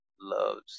loves